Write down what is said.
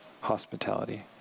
hospitality